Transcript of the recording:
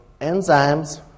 enzymes